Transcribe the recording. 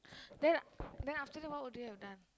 then then after that what would you have done